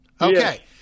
Okay